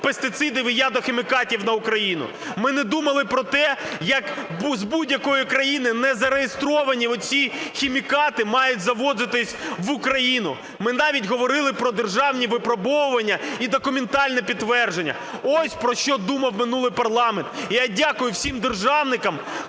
пестицидів і ядохімікатів на Україну. Ми не думали про те, як з будь-якої країни незареєстровані оці хімікати мають завозитись в Україну. Ми навіть говорили про державні випробовування і документальне підтвердження. Ось про що думав минулий парламент. І я дякую всім державникам,